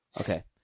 Okay